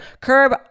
Curb